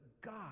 God